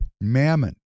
Mammon